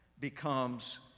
becomes